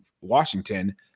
Washington